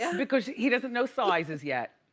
and because he doesn't know sizes yet.